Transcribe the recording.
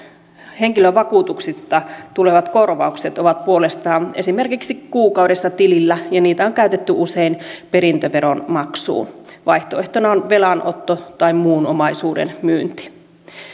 henkilövakuutuksista tulevat korvaukset ovat puolestaan esimerkiksi kuukaudessa tilillä ja niitä on käytetty usein perintöveron maksuun vaihtoehtona on velanotto tai muun omaisuuden myynti